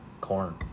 Corn